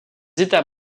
états